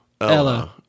Ella